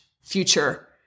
future